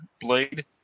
blade